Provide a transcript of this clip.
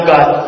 God